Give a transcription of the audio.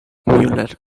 müller